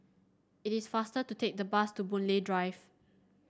it is faster to take the bus to Boon Lay Drive